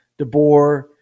DeBoer